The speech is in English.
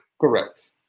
Correct